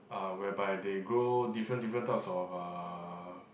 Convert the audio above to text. uh whereby they grow different different types of uh